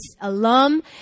alum